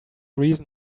reason